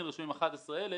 אנשים רשומים במרשם האוכלוסין,